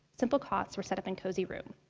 simple cots were set up in cozy rooms.